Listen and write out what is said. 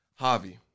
Javi